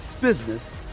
business